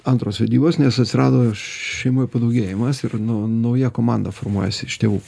antros vedybos nes atsirado šeimoj padaugėjimas ir nu nauja komanda formuojasi iš tėvų